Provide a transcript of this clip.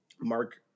Mark